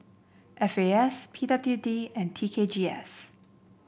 F A S P W D and T K G S